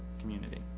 community